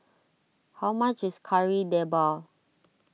how much is Kari Debal